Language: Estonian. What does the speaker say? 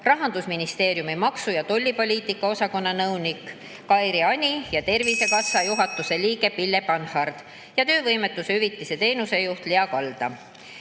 Rahandusministeeriumi maksu‑ ja tollipoliitika osakonna nõunik Kairi Ani ning Tervisekassa juhatuse liige Pille Banhard ja töövõimetushüvitiste teenusejuht Lea Kalda.